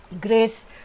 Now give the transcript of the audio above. grace